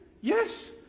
Yes